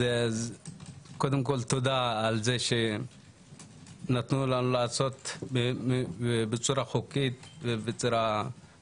אז קודם כל תודה על זה שנתנו לנו לעשות בצורה חוקית ומסודרת.